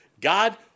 God